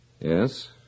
Yes